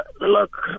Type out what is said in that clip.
look